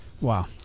Wow